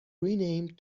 renamed